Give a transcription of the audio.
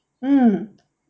mm